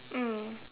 mm